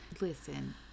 Listen